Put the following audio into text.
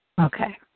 Okay